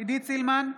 עידית סילמן,